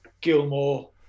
Gilmore